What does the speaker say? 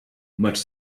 much